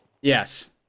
Yes